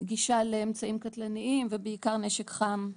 גישה לאמצעים קטלניים ובעיקר נשק חם,